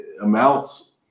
amounts